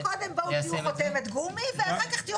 אבל קודם בואו תהיו חותמת גומי ואחר כך תהיו